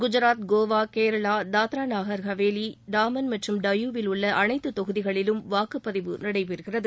குஜாத் கோவா கேரளா தாத்ரா மற்றும் நாகர் ஹாவேலி டாமன் மற்றும் டையூவில் உள்ள அனைத்து தொகுதிகளிலும் வாக்குப்பதிவு நடைபெறுகிறது